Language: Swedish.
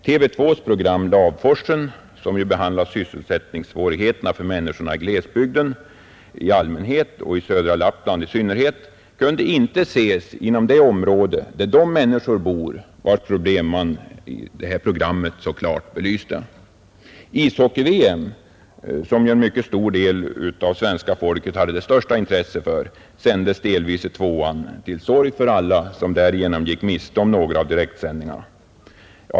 TV 2:s program ”Lavforsen”, som ju behandlade sysselsättningssvårigheterna för människor i glesbygden i allmänhet och i södra Lappland i synnerhet, kunde ej ses inom det område där de människor bor, vilkas problem man genom programmet så klart belyste. Ishockey-VM, som en mycket stor del av vårt folk hade det största intresse för, sändes delvis i TV 2, till sorg för alla som därigenom gick miste om några av direktsändningarna.